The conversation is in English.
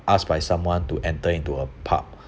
asked by someone to enter into a pub